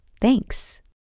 Thanks